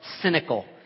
cynical